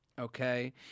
Okay